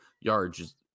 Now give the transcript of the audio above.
yards